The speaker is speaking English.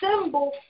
symbol